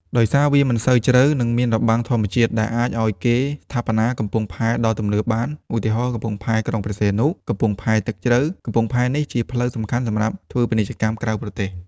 ដោយសារវាមិនសូវជ្រៅ និងមានរបាំងធម្មជាតិ ដែលអាចឱ្យគេស្ថាបនាកំពង់ផែដ៏ទំនើបបាន ឧទាហរណ៍ កំពង់ផែក្រុងព្រះសីហនុ កំពង់ផែទឹកជ្រៅ កំពង់ផែនេះជាផ្លូវសំខាន់សម្រាប់ធ្វើពាណិជ្ជកម្មក្រៅប្រទេស។